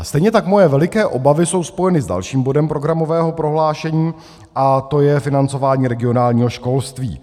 Stejně tak moje veliké obavy jsou spojené s dalším bodem programového prohlášení a to je financování regionálního školství.